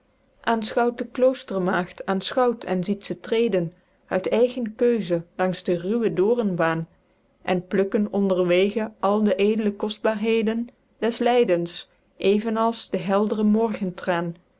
aenschouwt de kloostermaegd aenschouwt en ziet ze treden uit eigen keuze langs de ruwe doorenbaen en plukken onder wege al de eedle kostbaerheden des lydens even als de heldre